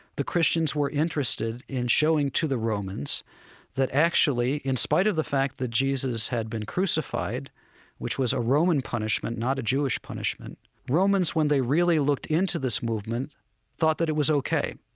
the christians were interested in showing to the romans that actually, in spite of the fact that jesus had been crucified which was a roman punishment, not a jewish punishment romans, when they really looked into this movement thought that it was ok.